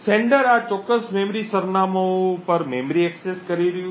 પ્રેષક આ ચોક્કસ મેમરી સરનામાંઓ પર મેમરી એક્સેસ કરી રહ્યું છે